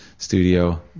studio